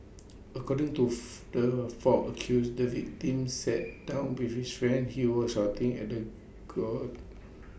according to the four accused the victim sat back down be with friend he was shouting at the quart